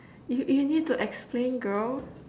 you you need to explain girl